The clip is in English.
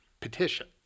petition